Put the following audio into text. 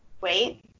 wait